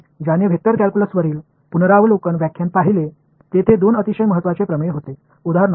இப்போது நீங்கள் ஒரு வெக்டர் கால்குலஸின் மறுஆய்வு பாடத்தை பார்த்தவர்கள் அதில் இரண்டு மிக முக்கியமான கோட்பாடுகள் இருந்தன